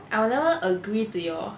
I will never agree to your